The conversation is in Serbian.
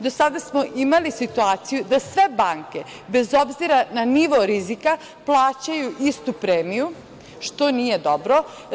Do sada smo imali situaciju da sve banke, bez obzira na nivo rizika plaćaju istu premiju, što nije dobro.